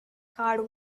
card